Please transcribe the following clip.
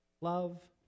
Love